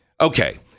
okay